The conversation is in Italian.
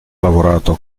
lavorato